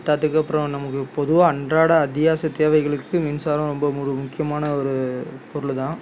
பத்தாததுக்கு அப்புறம் நமக்கு பொதுவாக அன்றாட அத்தியாவசிய தேவைகளுக்கு மின்சாரம் ரொம்ப ஒரு முக்கியமான ஒரு பொருள் தான்